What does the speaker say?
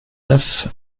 neuf